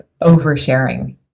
oversharing